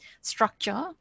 structure